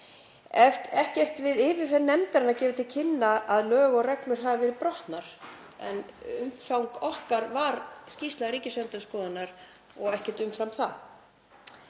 Ekkert við yfirferð nefndarinnar gefur til kynna að lög og reglur hafi verið brotnar. En umfang okkar var skýrsla Ríkisendurskoðunar og ekkert umfram það.